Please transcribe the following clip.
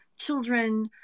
children